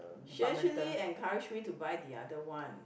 she actually encourage me to buy the other one